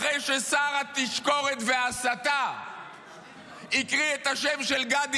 אחרי ששר התשקורת וההסתה הקריא את השם של גדי